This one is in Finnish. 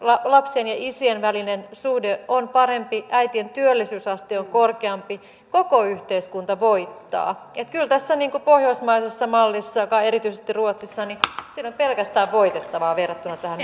lapsien ja isien välinen suhde on parempi äitien työllisyysaste on korkeampi koko yhteiskunta voittaa kyllä tässä pohjoismaisessa mallissa joka on erityisesti ruotsissa on pelkästään voitettavaa verrattuna tähän